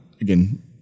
again